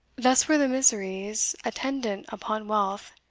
thus were the miseries attendant upon wealth,